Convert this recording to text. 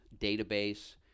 database